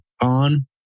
on